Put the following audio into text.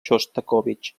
xostakóvitx